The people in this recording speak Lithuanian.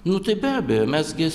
nu tai be abejo mes gi